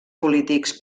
polítics